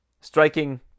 striking